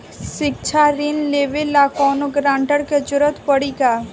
शिक्षा ऋण लेवेला कौनों गारंटर के जरुरत पड़ी का?